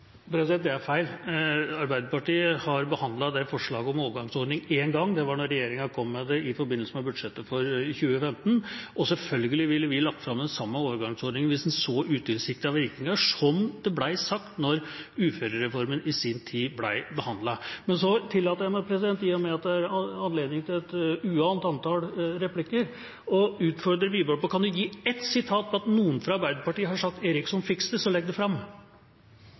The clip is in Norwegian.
Det er feil. Arbeiderpartiet har behandlet forslaget om overgangsordning én gang. Det var da regjeringa kom med det i forbindelse med budsjettet for 2015. Selvfølgelig ville vi lagt fram den samme overgangsordninga hvis en så utilsiktede virkninger, som det ble sagt da uførereformen i sin tid ble behandlet. Så tillater jeg meg – i og med at det er anledning til et uant antall replikker – å utfordre Wiborg på: Hvis han kan gi ett sitat på at noen fra Arbeiderpartiet har sagt «Eriksson, fiks det!», så legg det fram.